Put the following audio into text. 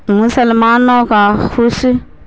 مسلمانوں کا خوش